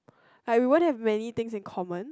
like we won't have many things in common